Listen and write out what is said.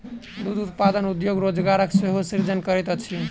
दूध उत्पादन उद्योग रोजगारक सेहो सृजन करैत अछि